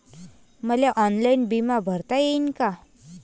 मले ऑनलाईन बिमा भरता येईन का?